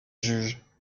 juges